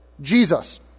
Jesus